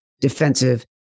defensive